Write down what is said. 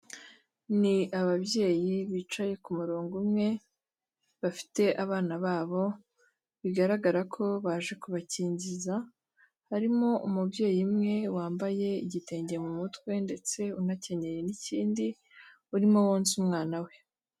Ni ababyeyi bicaye ku murongo umwe, bafite abana babo, bigaragara ko baje kubakingiza, harimo umubyeyi umwe wambaye igitenge mu mutwe ndetse unakenyeye n'ikindi, urimo wonsa umwana we.